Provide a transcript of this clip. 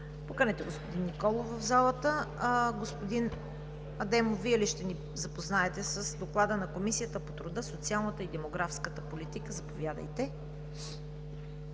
Поканете господин Николов в залата. Господин Адемов, заповядайте да ни запознаете с Доклада на Комисията по труда, социалната и демографската политика.